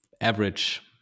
average